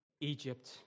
Egypt